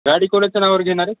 गाडी कोणाच्या नावावर घेणार आहे